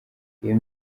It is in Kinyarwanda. iyo